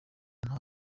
nta